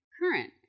current